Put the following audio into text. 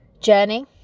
journey